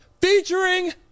featuring